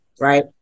right